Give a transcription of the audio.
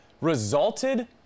resulted